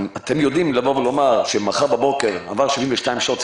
אתם יודעים לבוא ולומר שמחר בבוקר עברו 72 שעות,